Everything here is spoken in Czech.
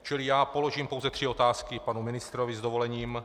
Čili já položím pouze tři otázky panu ministrovi s dovolením.